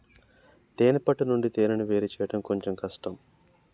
తేనే పట్టు నుండి తేనెను వేరుచేయడం కొంచెం కష్టం